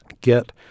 get